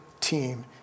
team